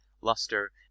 luster